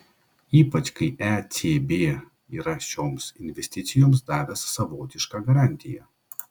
ypač kai ecb yra šioms investicijoms davęs savotišką garantiją